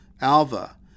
Alva